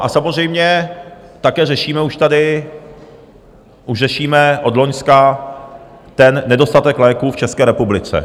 A samozřejmě také řešíme už tady, už řešíme od loňska nedostatek léků v České republice.